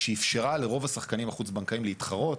שאפשרה לרוב השחקנים החוץ בנקאיים להתחרות.